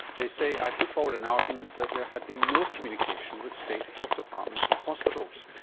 they say i put forward an argument that there had been no communication with state health departments and hospitals.